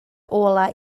olaf